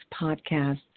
podcast